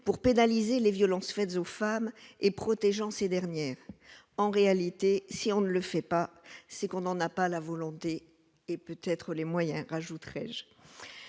pour pénaliser les violences faites aux femmes et protégeant ces derniers en réalité si on ne le fait pas, c'est qu'on n'en a pas la volonté, et peut-être les moyens ajouterais-je